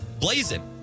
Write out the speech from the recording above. blazing